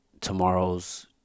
tomorrow's